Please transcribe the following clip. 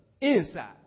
inside